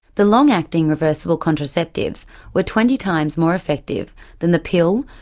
the long acting reversible contraceptives were twenty times more effective than the pill,